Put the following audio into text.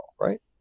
right